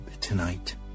tonight